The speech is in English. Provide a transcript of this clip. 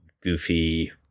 goofy